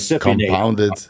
compounded